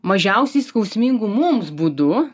mažiausiai skausmingu mums būdu